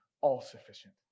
all-sufficient